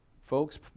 Folks